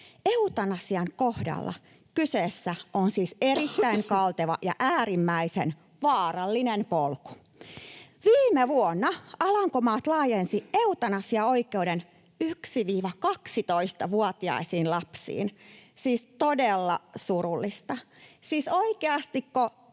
Eutanasian kohdalla kyseessä on siis erittäin kalteva ja äärimmäisen vaarallinen polku. Viime vuonna Alankomaat laajensi eutanasiaoikeuden 1—12-vuotiaisiin lapsiin — siis todella surullista.